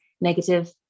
negative